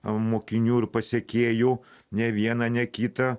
mokinių ir pasekėjų ne vieną ne kitą